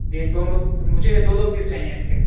دے دونوں مجھے دو دو پیس چاہیے اس کے